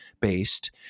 based